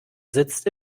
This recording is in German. sitzt